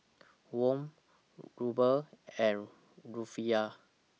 Won Ruble and Rufiyaa